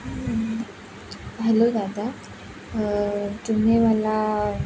hello दादा तुम्ही मला